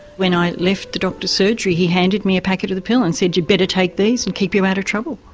when i left the doctor's surgery he handed me a packet of the pill and said you'd better take these to and keep you out of trouble.